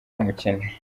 w’umukene